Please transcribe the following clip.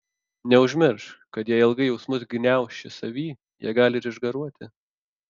neužmiršk kad jei ilgai jausmus gniauši savy jie gali ir išgaruoti